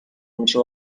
میشه